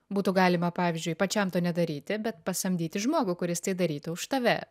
būtų galima pavyzdžiui pačiam to nedaryti bet pasamdyti žmogų kuris tai darytų už tave